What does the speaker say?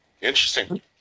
Interesting